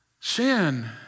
Sin